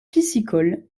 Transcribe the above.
piscicole